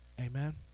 Amen